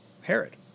Herod